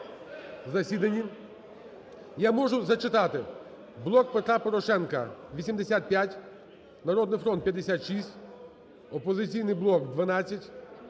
Я можу зачитати. "Блок Петра Порошенка" – 85, "Народний фронт" – 56, "Опозиційний блок" –